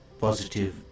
positive